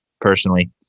personally